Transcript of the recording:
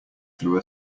through